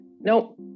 nope